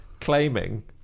claiming